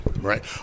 right